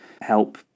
help